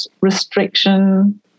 restriction